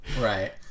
Right